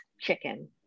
Chicken